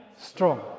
strong